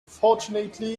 fortunately